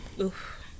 Oof